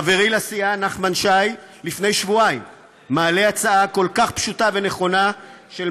חברי לסיעה נחמן שי מעלה הצעה כל כך פשוטה ונכונה לפני שבועיים,